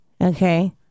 Okay